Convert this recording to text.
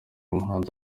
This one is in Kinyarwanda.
umuhanzi